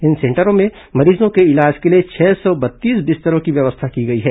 इन सेंटरों में मरीजों के इलाज के लिए छह सौ बत्तीस बिस्तरों की व्यवस्था की गई है